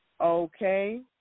Okay